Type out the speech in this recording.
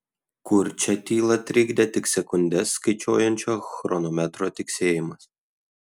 kurčią tylą trikdė tik sekundes skaičiuojančio chronometro tiksėjimas